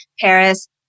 Paris